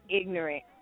ignorant